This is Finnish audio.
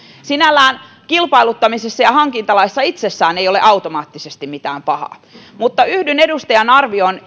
sinällään kilpailuttamisessa ja hankintalaissa itsessään ei ole automaattisesti mitään pahaa mutta ehdottomasti yhdyn edustajan arvioon